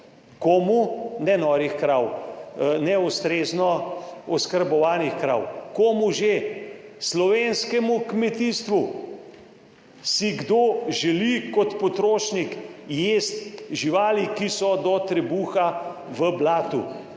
Komu? Ne norih krav, neustrezno oskrbovanih krav. Komu že? Slovenskemu kmetijstvu. Si kdo želi kot potrošnik jesti živali, ki so do trebuha v blatu?